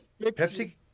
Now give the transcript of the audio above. Pepsi